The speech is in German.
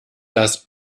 das